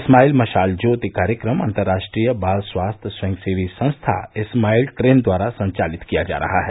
smile मशाल ज्योति कार्यक्रम अन्तर्राष्ट्रीय बाल स्वास्थ्य स्वयंसेवी संस्था स्माइल ट्रेन द्वारा संचालित किया जा रहा है